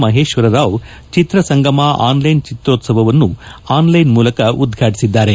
ಮಹೇಶ್ವರ ರಾವ್ ಚಿತ್ರ ಸಂಗಮ ಆನ್ಲೈನ್ ಚಲನಚಿತ್ರೋತ್ಸವವನ್ನು ಆನ್ಲೈನ್ ಮೂಲಕ ಉದ್ಘಾಟಿಸಿದ್ದಾರೆ